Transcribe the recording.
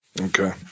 Okay